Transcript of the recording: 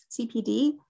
CPD